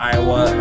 Iowa